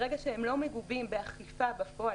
ברגע שהן לא מגובות באכיפה בפועל